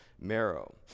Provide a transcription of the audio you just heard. marrow